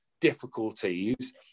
difficulties